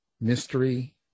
mystery